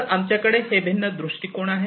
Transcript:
तर आमच्याकडे हे भिन्न दृष्टिकोन आहेत